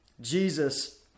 Jesus